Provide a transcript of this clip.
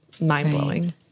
mind-blowing